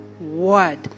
word